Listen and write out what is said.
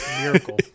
Miracle